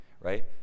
right